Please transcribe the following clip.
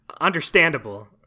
understandable